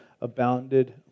abounded